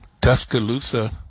Tuscaloosa